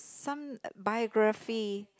some uh biography